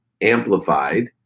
amplified